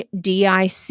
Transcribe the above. DIC